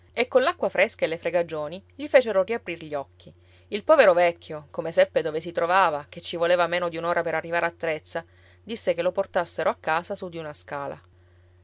e coll'acqua fresca e le fregagioni gli fecero riaprir gli occhi il povero vecchio come seppe dove si trovava che ci voleva meno di un'ora per arrivare a trezza disse che lo portassero a casa su di una scala